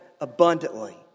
abundantly